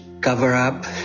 cover-up